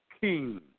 king